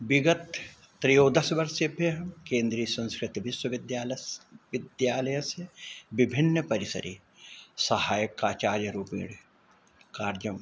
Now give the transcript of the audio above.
विगत त्रयोदशवर्षेभ्यः केन्द्रीयसंस्कृतविश्वविद्यालयस्य विद्यालयस्य विभिन्नपरिसरे साहाय्यकाचार्यरूपेण कार्यम्